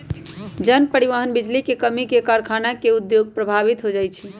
जन, परिवहन, बिजली के कम्मी से कारखाना के उद्योग प्रभावित हो जाइ छै